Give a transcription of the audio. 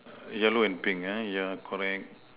yellow and pink uh yeah correct